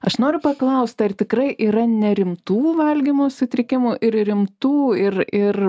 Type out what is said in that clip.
aš noriu paklausti ar tikrai yra nerimtų valgymo sutrikimų ir rimtų ir ir